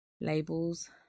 Labels